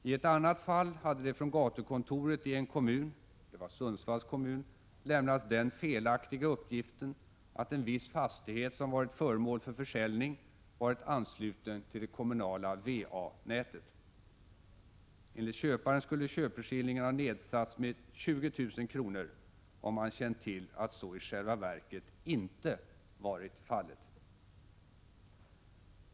I ett annat fall hade från gatukontoret i en kommun — det var Sundsvalls kommun -— lämnats den felaktiga uppgiften att en viss fastighet som varit föremål för försäljning varit ansluten till det kommunala va-nätet. Enligt köparen skulle köpeskillingen ha nedsatts med ca 20 000 kr., om han känt till att så i själva verket inte var fallet.